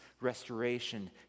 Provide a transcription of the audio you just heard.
restoration